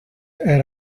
and